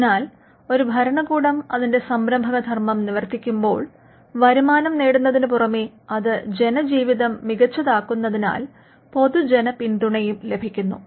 അതിനാൽ ഒരു ഭരണകൂടം അതിന്റെ സംരംഭക ധർമ്മം നിവർത്തിക്കുമ്പോൾ വരുമാനം നേടുന്നതിന് പുറമെ അത് ജനജീവിതം മികച്ചതാക്കുന്നതിനാൽ പൊതുജന പിന്തുണയും ലഭിക്കുന്നു